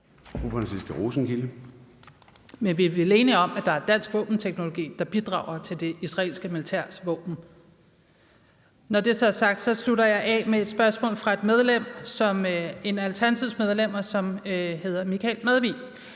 er vel enige om, at der er dansk våbenteknologi, der bidrager til det israelske militærs våben? Når det så er sagt, slutter jeg af med et spørgsmål fra et af Alternativets medlemmer, som hedder Michael Madvig.